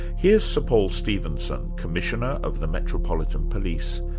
here's sir paul stephenson, commissioner of the metropolitan police,